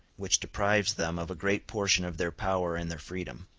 which deprives them of a great portion of their power and their freedom.